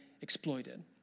exploited